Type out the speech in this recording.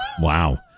wow